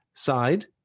side